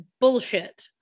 bullshit